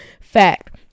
fact